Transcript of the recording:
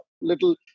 little